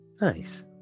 Nice